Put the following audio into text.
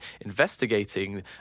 investigating